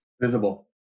visible